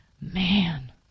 Man